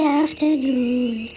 afternoon